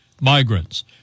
migrants